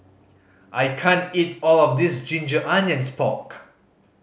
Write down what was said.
I can't eat all of this ginger onions pork